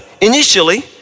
initially